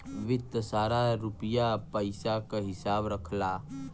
वित्त सारा रुपिया पइसा क हिसाब रखला